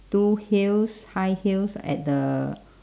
two heels high heels at the